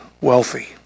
wealthy